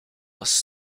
was